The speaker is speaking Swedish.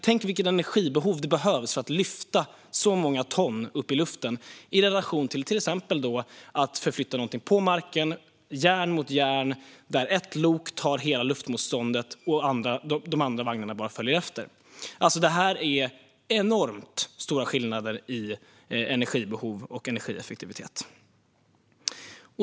Tänk vilket energibehov som finns för att lyfta så många ton upp i luften i relation till att till exempel förflytta någonting på marken, järn mot järn, där ett lok tar hela luftmotståndet och de andra vagnarna bara följer efter. Det är enormt stora skillnader i energibehov och energieffektivitet.